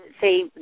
say